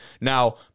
Now